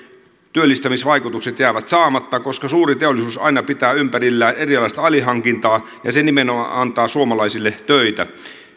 työllistämisvaikutukset jäävät saamatta koska suuri teollisuus aina pitää ympärillään erilaista alihankintaa ja se nimenomaan antaa suomalaisille töitä